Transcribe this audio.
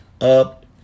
Up